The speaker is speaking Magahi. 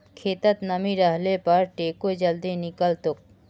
खेतत नमी रहले पर टेको जल्दी निकलतोक